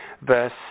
verse